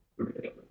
Okay